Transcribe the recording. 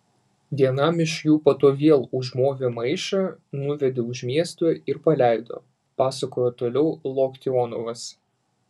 vienam iš jų po to vėl užmovė maišą nuvedė už miesto ir paleido pasakojo toliau loktionovas